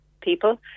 people